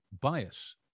bias